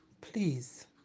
Please